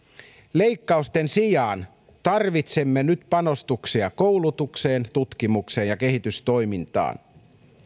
leikkausten sijaan tarvitsemme nyt panostuksia koulutukseen tutkimukseen ja kehitystoimintaan